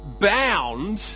bound